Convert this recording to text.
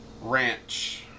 ranch